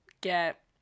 get